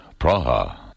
Praha